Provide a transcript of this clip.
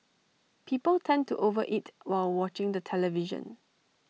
people tend to over eat while watching the television